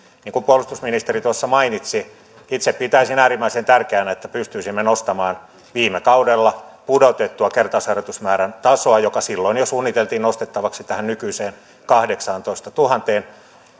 niin kuin puolustusministeri mainitsi itse pitäisin äärimmäisen tärkeänä että pystyisimme nostamaan viime kaudella pudotettua kertausharjoitusmäärän tasoa joka silloin jo suunniteltiin nostettavaksi tähän nykyiseen kahdeksaantoistatuhanteen